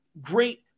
great